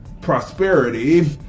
prosperity